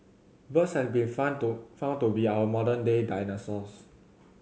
birds have been found to found to be our modern day dinosaurs